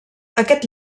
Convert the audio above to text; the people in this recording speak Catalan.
aquest